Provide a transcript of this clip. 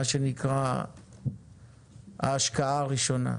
מה שנקרא ההשקעה הראשונה.